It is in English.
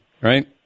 right